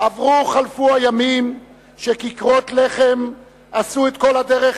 עברו-חלפו הימים שכיכרות לחם עשו את כל הדרך